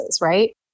right